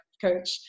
Coach